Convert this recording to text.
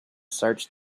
searched